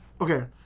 okay